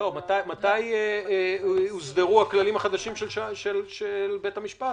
מתי הוסדרו הכללים החדשים של בית המשפט?